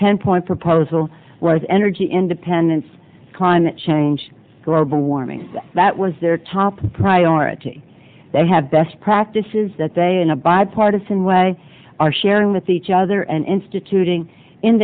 ten point proposal was energy independence climate change global warming that was their top priority they have best practices that they in a bipartisan way are sharing with each other and instituting in